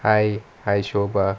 hi hi shobha